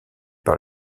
par